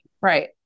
Right